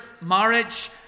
marriage